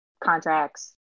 contracts